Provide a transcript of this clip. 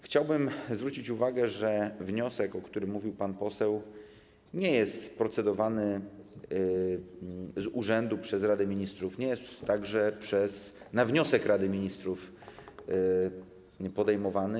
Chciałbym zwrócić uwagę, że wniosek, o którym mówił pan poseł, nie jest procedowany z urzędu przez Radę Ministrów, nie jest także na wniosek Rady Ministrów podejmowany.